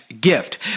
gift